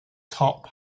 top